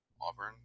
Auburn